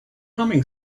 humming